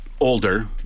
older